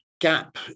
gap